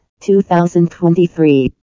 2023